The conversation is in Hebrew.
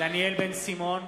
דניאל בן-סימון,